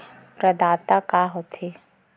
प्रदाता का हो थे?